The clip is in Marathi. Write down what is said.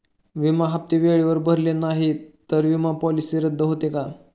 विमा हप्ते वेळेवर भरले नाहीत, तर विमा पॉलिसी रद्द होते का?